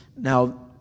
Now